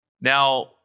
Now